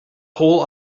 whole